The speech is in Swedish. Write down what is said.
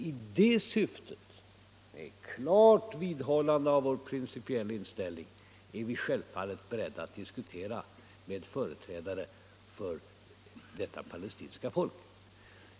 I det syftet — med klart vidhållande av vår principiella inställning — är vi självfallet beredda att diskutera med företrädare för detta palestinska folk.